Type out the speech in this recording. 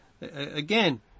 Again